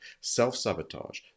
Self-sabotage